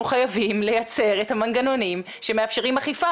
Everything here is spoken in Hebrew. אנחנו חייבים לייצר את המנגנונים שמאפשרים אכיפה,